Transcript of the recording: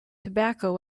tobacco